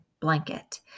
blanket